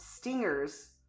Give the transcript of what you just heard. stingers